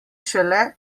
šele